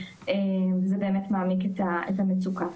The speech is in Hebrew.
וזה באמת מעמיק את המצוקה.